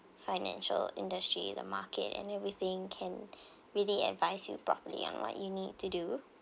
financial industry the market and everything can really advise you properly on what you need to do